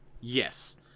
Yes